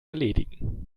erledigen